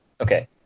Okay